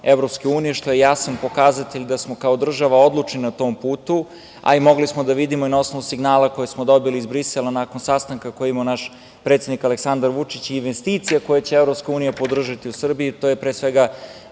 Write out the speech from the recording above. Evropske unije, što je jasan pokazatelj da smo kao država odlučni na tom putu, a i mogli smo da vidimo na osnovu signala koje smo dobili iz Brisela nakon sastanka koje je imao naš predsednik Aleksandar Vučić i investicija koje će Evropska unija podržati u Srbiji,